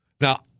Now